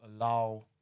allow